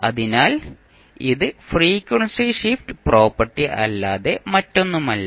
അതിനാൽ ഇത് frequency shift property അല്ലാതെ മറ്റൊന്നുമല്ല